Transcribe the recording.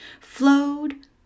flowed